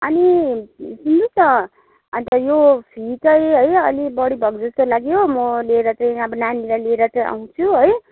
अनि सुन्नुहोस् न अन्त यो फी चाहिँ है अलिक बढी भएको जस्तो लाग्यो म लिएर चाहिँ अब नानीलाई लिएर चाहिँ आउँछु है